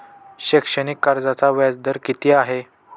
शैक्षणिक कर्जाचा व्याजदर किती आहे?